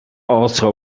also